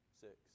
six